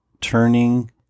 turning